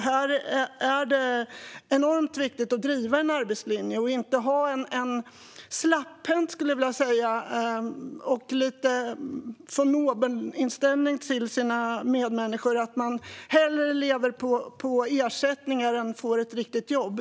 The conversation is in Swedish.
Här är det enormt viktigt att driva en arbetslinje och inte ha lite av en släpphänt von oben-inställning till sina medmänniskor som går ut på att man hellre lever på ersättningar än får ett riktigt jobb.